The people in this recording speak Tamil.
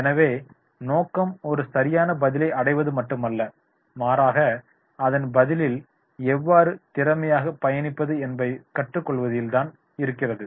எனவே நோக்கம் ஒரு சரியான பதிலை அடைவது மட்டுமல்ல மாறாக அதன் பதிலில் எவ்வாறு திறமையாக பயணிப்பது என்பதைக் கற்றுக் கொள்வதில்தான் இருக்கிறது